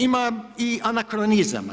Ima i anakronizama.